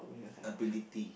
ability